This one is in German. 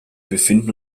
befinden